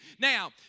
Now